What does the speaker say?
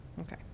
Okay